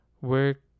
work